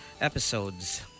episodes